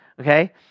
Okay